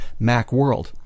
macworld